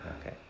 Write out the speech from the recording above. Okay